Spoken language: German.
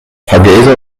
hargeysa